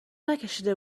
نکشیده